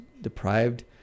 deprived